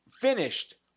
finished